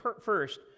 first